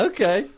Okay